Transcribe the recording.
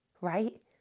right